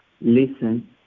listen